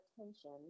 attention